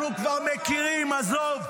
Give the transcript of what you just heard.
אותך אנחנו כבר מכירים, עזוב.